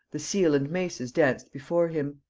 the seal and maces danced before him.